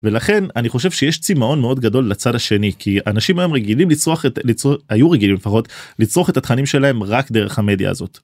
ולכן אני חושב שיש צמאון מאוד גדול לצד השני כי אנשים היום רגילים לצרוך את ה.. היו רגילים לפחות לצרוך את התכנים שלהם רק דרך המדיה הזאת.